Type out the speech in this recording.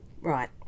Right